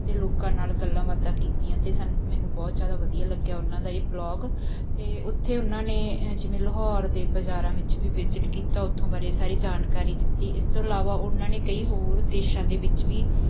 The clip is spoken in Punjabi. ਅਤੇ ਲੋਕਾਂ ਨਾਲ ਗੱਲਾਂ ਬਾਤਾਂ ਕੀਤੀਆਂ ਅਤੇ ਸਾਨੂੰ ਮੈਨੂੰ ਬਹੁਤ ਜ਼ਿਆਦਾ ਵਧੀਆ ਲੱਗਿਆ ਉਹਨਾਂ ਦਾ ਇਹ ਵਲੋਗ ਅਤੇ ਉੱਥੇ ਉਹਨਾਂ ਨੇ ਜਿਵੇਂ ਲਾਹੌਰ ਦੇ ਬਾਜ਼ਾਰਾਂ ਵਿੱਚ ਵੀ ਵਿਜਿਟ ਕੀਤਾ ਉੱਥੋਂ ਬਾਰੇ ਸਾਰੀ ਜਾਣਕਾਰੀ ਦਿੱਤੀ ਇਸ ਤੋਂ ਇਲਾਵਾ ਉਹਨਾਂ ਨੇ ਕਈ ਹੋਰ ਦੇਸ਼ਾਂ ਦੇ ਵਿੱਚ ਵੀ